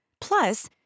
Plus